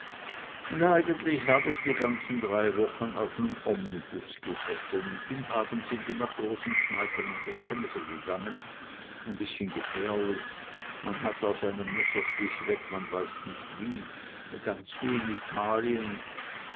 und eigentlich hab ich die ganzen drei wochen auf nem omnibus gesessen und bin abends in die matrosenkneipen an der themse gegangen ein bißchen gefährlich man hat da seinen messerstich weg man weiß nicht wie ganz wie in italien